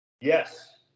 Yes